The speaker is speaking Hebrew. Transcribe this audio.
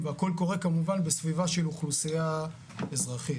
והכול קורה כמובן בסביבה של אוכלוסייה אזרחית.